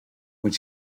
when